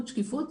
שקיפות,